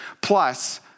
plus